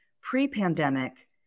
pre-pandemic